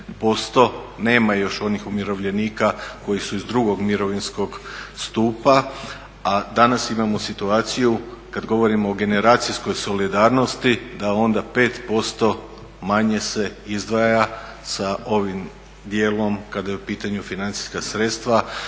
nema još onih umirovljenika koji su iz drugog mirovinskog stupa. A danas imamo situaciju kad govorimo o generacijskoj solidarnosti da onda 5% manje se izdvaja sa ovim dijelom kada je u pitanju financijska sredstva,